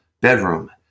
bedroom